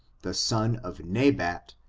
the son of nebat,